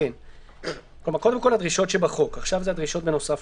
(ג)נגרע נאמן,